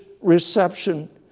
reception